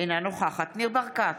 אינה נוכחת ניר ברקת,